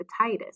hepatitis